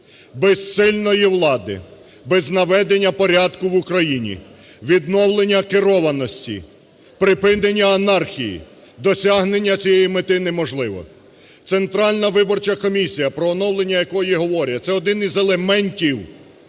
Без сильної влади, без наведення порядку в Україні, відновлення керованості, припинення анархії досягнення цієї мети неможливе. Центральна виборча комісія, про оновлення якої говорять, це один із елементів